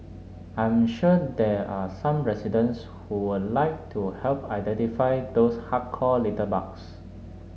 I'm sure there are some residents who would like to help identify those hardcore litterbugs